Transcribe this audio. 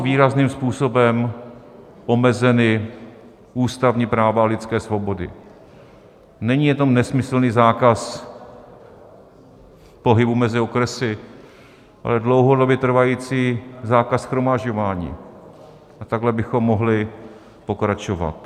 Výrazným způsobem jsou omezena ústavní práva a lidské svobody, není jenom nesmyslný zákaz pohybu mezi okresy, ale dlouhodobě trvající zákaz shromažďování, a takhle bychom mohli pokračovat.